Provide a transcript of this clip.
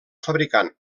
fabricant